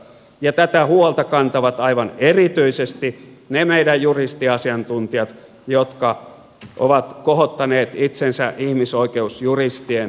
ja tätä huolta kantavat aivan erityisesti ne meidän juristiasiantuntijat jotka ovat kohottaneet itsensä ihmisoikeusjuristien hienoon kategoriaan